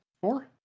four